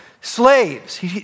slaves